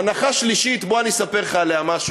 הנחה שלישית, בוא אספר לך עליה משהו.